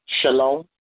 shalom